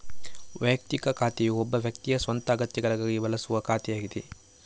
ವೈಯಕ್ತಿಕ ಖಾತೆಯು ಒಬ್ಬ ವ್ಯಕ್ತಿಯ ಸ್ವಂತ ಅಗತ್ಯಗಳಿಗಾಗಿ ಬಳಸುವ ಖಾತೆಯಾಗಿದೆ